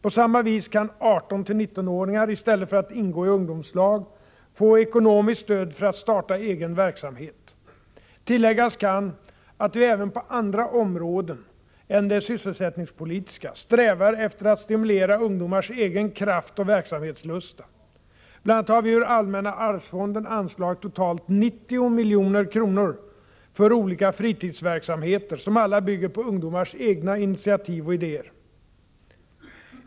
På samma vis kan 18-19 åringar, i stället för att ingå i ungdomslag, få ekonomiskt stöd för att starta Om åtgärder för att egen verksamhet. Tilläggas kan att vi även på andra områden än det stimulera unga sysselsättningspolitiska strävar efter att stimulera ungdomars egen kraft och människor till verksamhetslusta. Bl. a. har vi ur allmänna arvsfonden anslagit totalt 90 milj. initiativtagande kr. för olika fritidsverksamheter som alla bygger på ungdomars egna initiativ och nytänkande och idéer.